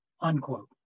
Unquote